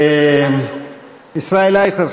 ישראל אייכלר,